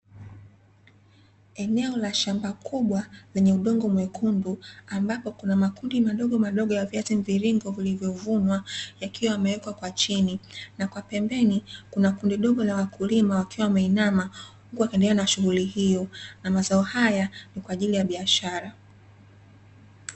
Eneo la shamba kubwa lenye udongo mwekundu, ambapo kuna makundi madogomadogo ya viazi mviringo vilivyovunwa yakiwa yamewekwa kwa chini, na kwa pembeni kuna wakulima wakiwa wameinama huku wakiendelea na shughuli hiyo. Na mazao haya ni kwa ajili ya biashara.